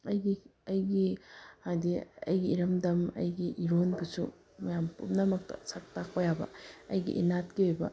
ꯑꯩꯒꯤ ꯑꯩꯒꯤ ꯍꯥꯏꯗꯤ ꯑꯩꯒꯤ ꯏꯔꯝꯗꯝ ꯑꯩꯒꯤ ꯏꯔꯣꯟꯕꯨꯁꯨ ꯃꯌꯥꯝ ꯄꯨꯝꯅꯃꯛꯇ ꯁꯛ ꯇꯥꯛꯄ ꯌꯥꯕ ꯑꯩꯒꯤ ꯏꯅꯥꯠꯀꯤ ꯑꯣꯏꯕ